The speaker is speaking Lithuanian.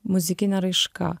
muzikinė raiška